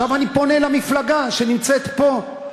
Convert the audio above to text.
עכשיו, אני פונה למפלגה שנמצאת פה.